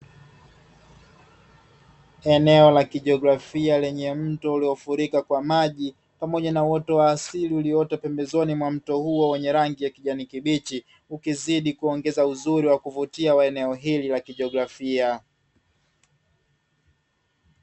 Eneo la kijiografia lenye mto uliofurika kwa maji, pamoja na uoto wa asili ulioota pembezoni mwa mto huo wenye rangi ya kijani kibichi, ukizidi kuongeza uzuri wa kuvutia wa eneo hili la kijiografia.